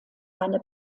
eine